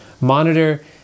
monitor